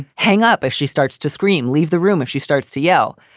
hang up. if she starts to scream, leave the room. if she starts to yell,